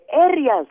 areas